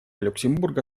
люксембурга